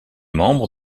membre